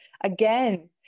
again